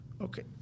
Okay